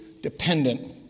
dependent